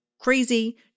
crazy